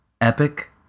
epic